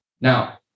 Now